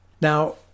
Now